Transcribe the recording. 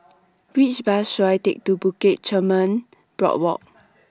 Which Bus should I Take to Bukit Chermin Boardwalk